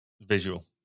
Visual